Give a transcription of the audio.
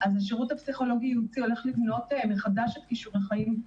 והשירות הפסיכולוגי הייעוצי הולך לבנות מחדש את כישורי החיים,